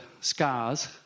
scars